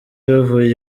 bavuye